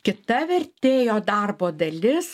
kita vertėjo darbo dalis